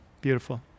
beautiful